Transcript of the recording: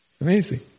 Amazing